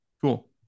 Cool